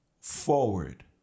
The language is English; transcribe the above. forward